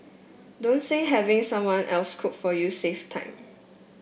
don't say having someone else cook for you save time